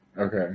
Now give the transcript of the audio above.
Okay